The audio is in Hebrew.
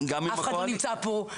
אף אחד לא נמצא פה,